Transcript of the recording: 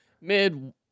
mid